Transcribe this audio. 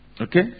okay